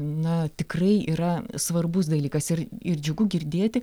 na tikrai yra svarbus dalykas ir ir džiugu girdėti